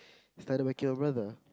started whacking everyone ah